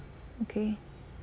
okay